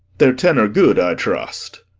their tenour good, i trust.